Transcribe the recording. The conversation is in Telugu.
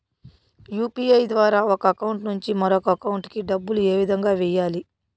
యు.పి.ఐ ద్వారా ఒక అకౌంట్ నుంచి మరొక అకౌంట్ కి డబ్బులు ఏ విధంగా వెయ్యాలి